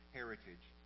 heritage